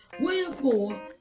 Wherefore